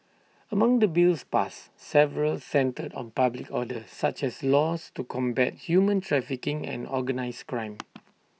among the bills passed several centred on public order such as laws to combat human trafficking and organised crime